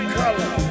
color